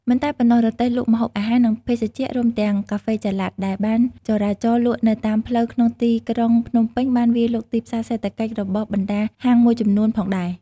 មិនតែប៉ុណ្ណោះ រទេះលក់ម្ហូបអាហារ និងភេសជ្ជៈ រួមទាំងកាហ្វេចល័ត ដែលបានចរាចរណ៍លក់នៅតាមផ្លូវក្នុងទីក្រុងភ្នំពេញបានវាយលុកទីផ្សារសេដ្ឋកិច្ចរបស់បណ្តាហាងមួយចំនួនផងដែរ